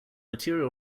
material